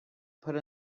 put